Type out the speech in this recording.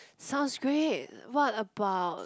sounds great what about